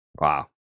Wow